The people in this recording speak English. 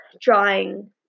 drawing